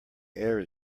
air